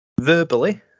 verbally